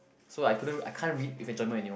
so like I couldn't read I can't read with a German anymore